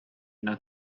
not